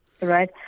right